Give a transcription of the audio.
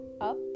Up